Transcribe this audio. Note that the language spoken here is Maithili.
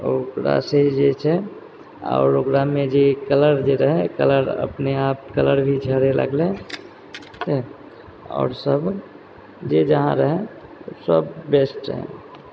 ओ ओकरासँ जे छै से आओर ओकरामे जे कलर जे रहै कलर अपने आप कलर भी झड़ै लगलै आओर सभ जे जहाँ रहै सभ वेस्ट छै